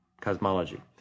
cosmology